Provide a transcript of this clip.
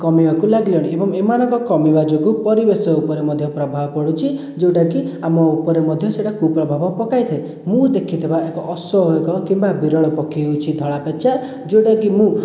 କମିବାକୁ ଲାଗିଲେଣି ଏବଂ ଏମାନଙ୍କ କମିବା ଯୋଗୁଁ ପରିବେଶ ଉପରେ ମଧ୍ୟ ପ୍ରଭାବ ପଡ଼ୁଛି ଯେଉଁଟାକି ଆମ ଉପରେ ମଧ୍ୟ ସେଇଟାକୁ ପ୍ରଭାବ ପକାଇଥାଏ ମୁଁ ଦେଖିଥିବା ଏକ ଅଶ୍ୱ କିମ୍ବା ବିରଳ ପକ୍ଷୀ ହେଉଛି ଧଳା ପେଚା ଯେଉଁଟାକି ମୁଁ